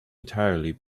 entirely